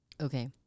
Okay